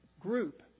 group